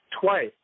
twice